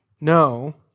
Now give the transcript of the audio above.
No